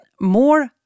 more